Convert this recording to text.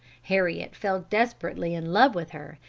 heriot fell desperately in love with her,